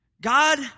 God